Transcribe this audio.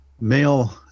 male